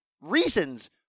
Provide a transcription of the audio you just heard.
reasons